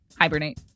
hibernate